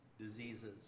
diseases